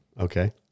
Okay